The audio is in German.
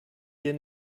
hier